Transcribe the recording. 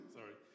sorry